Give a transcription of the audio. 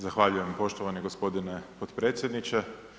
Zahvaljujem poštovani g. potpredsjedniče.